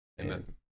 Amen